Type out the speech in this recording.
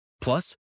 Plus